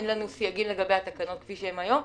אין לנו סייגים לגבי התקנות כפי שהן היום.